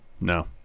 No